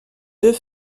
deux